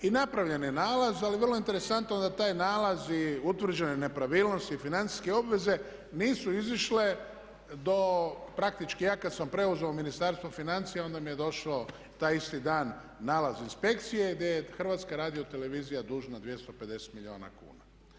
I napravljen je nalaz ali vrlo je interesantno da taj nalaz i utvrđene nepravilnosti i financijske obveze nisu izišle do praktički ja kada sam preuzeo Ministarstvo financija onda mi je došao taj isti dan nalaz inspekcije gdje je HRT dužna 250 milijuna kuna.